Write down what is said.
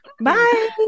Bye